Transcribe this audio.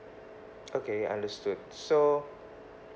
okay understood so